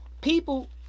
people